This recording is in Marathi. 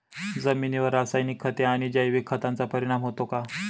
जमिनीवर रासायनिक खते आणि जैविक खतांचा परिणाम होतो का?